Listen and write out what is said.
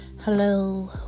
hello